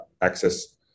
access